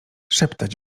szeptać